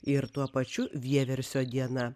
ir tuo pačiu vieversio diena